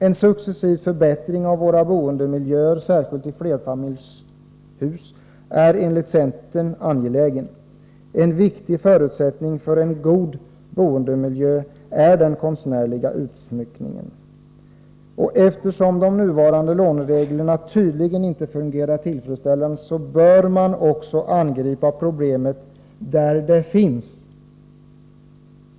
En successiv förbättring av våra boendemiljöer, särskilt i flerfamiljshus, är enligt centern angelägen. En viktig förutsättning för en god boendemiljö är den konstnärliga utsmyckningen. Eftersom de nuvarande lånereglerna tydligen inte fungerar tillfredsställande, bör man angripa problemet där det finns.